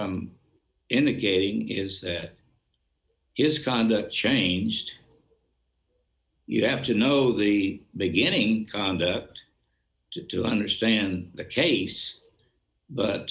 on indicating is that his conduct changed you have to know the beginning conduct to understand the case but